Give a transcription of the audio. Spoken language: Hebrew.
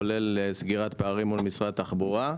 כולל סגירת פערים מול משרד התחבורה.